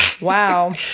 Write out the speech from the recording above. Wow